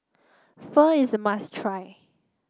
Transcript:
Pho is a must try